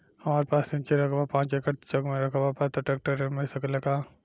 हमरा पास सिंचित रकबा पांच एकड़ तीन चक में रकबा बा त ट्रेक्टर ऋण मिल सकेला का?